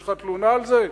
יש לך תלונה על זה?